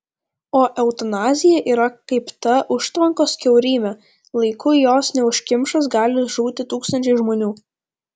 o eutanazija yra kaip ta užtvankos kiaurymė laiku jos neužkimšus gali žūti tūkstančiai žmonių